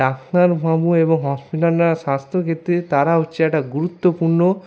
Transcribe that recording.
ডাক্তারবাবু এবং হসপিটালরা স্বাস্থ্যক্ষেত্রে তারা হচ্ছে একটা গুরুত্বপূর্ণ